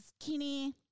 skinny